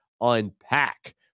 Unpack